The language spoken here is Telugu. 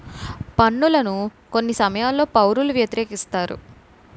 పన్నులను కొన్ని సమయాల్లో పౌరులు వ్యతిరేకిస్తారు